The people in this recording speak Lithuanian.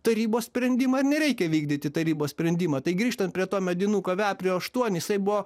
tarybos sprendimą ar nereikia vykdyti tarybos sprendimą tai grįžtant prie to medinuko veprių aštuoni jisai buvo